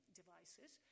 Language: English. devices